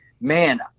man